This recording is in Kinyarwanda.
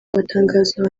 amatangazo